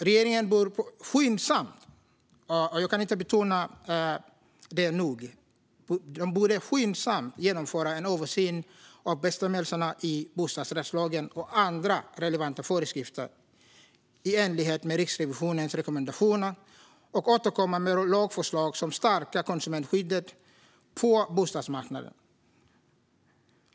Regeringen bör skyndsamt - jag kan inte nog betona det - genomföra en översyn av bestämmelserna i bostadsrättslagen och andra relevanta föreskrifter i enlighet med Riksrevisionens rekommendationer och återkomma med lagförslag som stärker konsumentskyddet på bostadsrättsmarknaden.